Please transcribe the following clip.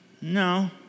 No